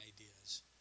ideas